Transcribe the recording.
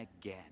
again